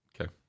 Okay